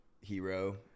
hero